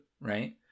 Right